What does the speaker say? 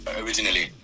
originally